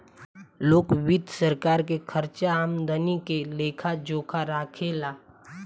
लोक वित्त सरकार के खर्चा आमदनी के लेखा जोखा राखे ला